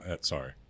Sorry